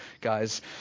guys